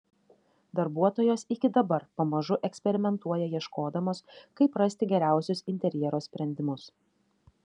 darbuotojos iki dabar pamažu eksperimentuoja ieškodamos kaip rasti geriausius interjero sprendimus